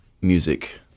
music